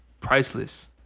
Priceless